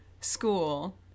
school